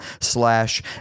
slash